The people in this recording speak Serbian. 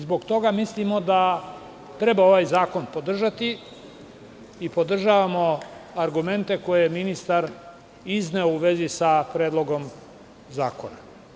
Zbog toga mislimo da treba ovaj zakon podržati i podržavamo argumente koje je ministar izneo u vezi sa Predlogom zakona.